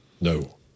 No